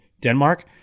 denmark